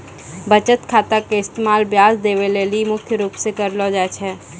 बचत खाता के इस्तेमाल ब्याज देवै लेली मुख्य रूप से करलो जाय छै